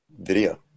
video